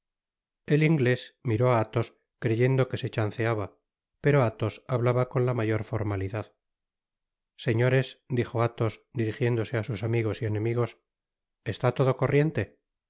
el inglés miró á athos creyendo que se chanceaba pero athos hablaba con la mayor formalidad señores dijo athos dirijiéndose á sus amigos y enemigos está todo corriente rsi